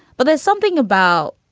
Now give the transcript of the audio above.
but there's something about,